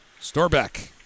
Storbeck